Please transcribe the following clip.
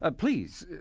ah please,